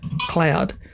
cloud